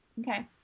Okay